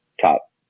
top